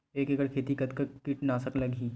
एक एकड़ खेती कतका किट नाशक लगही?